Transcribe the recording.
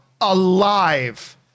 alive